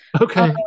Okay